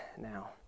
now